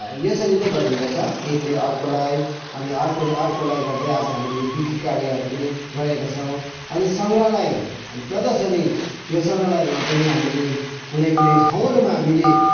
यसरी नै गरिन्दछ एकले अर्कोलाई अनि अर्कोले अर्कोलाई गर्दै आज हामीले यो बिक्री कार्यहरू पनि गरेका छौँ अनि सङ्ग्रहालय अनि प्रदर्शनी यो सङ्ग्रहालयहरूमा पनि हामीले कुनै कुनै ठाउँहरूमा हामीले